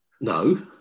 No